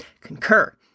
concur